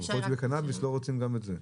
יכול להיות שבקנביס לא רוצים גם את זה.